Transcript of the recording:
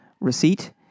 receipt